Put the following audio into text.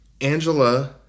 Angela